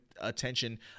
attention